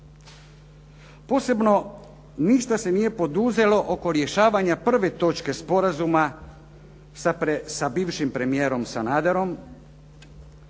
Posebno ništa se nije poduzelo oko rješavanja prve točke sporazuma sa bivšim premijerom Sanaderom,